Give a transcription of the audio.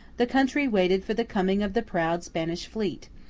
the country waited for the coming of the proud spanish fleet,